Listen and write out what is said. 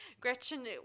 Gretchen